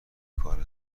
کار